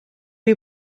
you